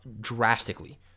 drastically